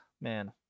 Man